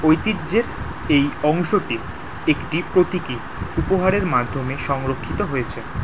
ঐতিহ্যের এই অংশটি একটি প্রতীকী উপহারের মাধ্যমে সংরক্ষিত হয়েছে